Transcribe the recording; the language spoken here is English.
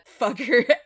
fucker